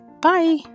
Bye